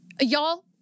y'all